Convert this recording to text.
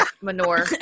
manure